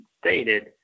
stated